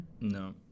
No